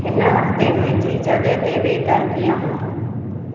हिन हफ़्ते मुंहिंजी जॻह ते वेदर कीअं हूंदो